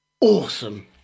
awesome